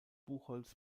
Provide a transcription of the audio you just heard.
buchholz